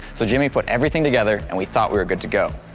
so jimmy put everything together and we thought we were good to go.